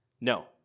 No